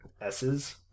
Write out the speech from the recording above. S's